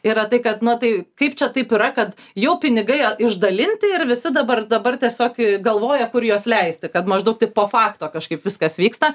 yra tai kad na tai kaip čia taip yra kad jau pinigai išdalinti ir visi dabar dabar tiesiog galvoja kur juos leisti kad maždaug taip po fakto kažkaip viskas vyksta